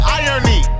irony